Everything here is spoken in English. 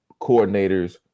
coordinators